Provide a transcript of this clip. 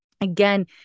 Again